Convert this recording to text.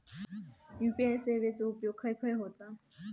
UPI सेवेचा उपयोग खाय खाय होता?